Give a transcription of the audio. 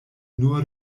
nur